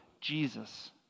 Jesus